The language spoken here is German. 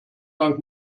dank